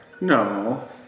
No